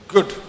Good